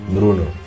Bruno